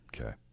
Okay